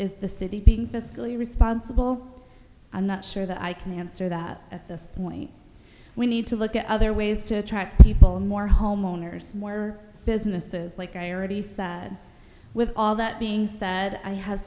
is the city being fiscally responsible i'm not sure that i can answer that at this point we need to look at other ways to attract people more homeowners more businesses like i already said with all that being said i have